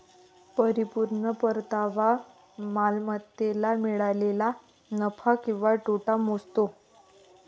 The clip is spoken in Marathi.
परिपूर्ण परतावा मालमत्तेला मिळालेला नफा किंवा तोटा मोजतो